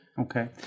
Okay